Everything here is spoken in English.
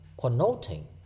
connoting